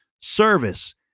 Service